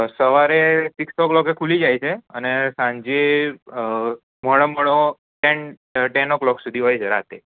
સવારે સિક્સ ઓક્લોકે ખુલી જાય છે અને સાંજે મોડામાં મોડો ટેન ઓક્લોક સુધી હોય છે રાતે